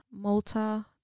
Malta